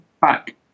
back